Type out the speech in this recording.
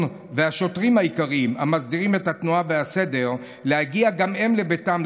והשוטרים היקרים המסדירים את התנועה והסדר להגיע גם הם לביתם,